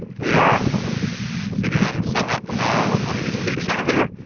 we are sitting on the summit of one of these peaks out here.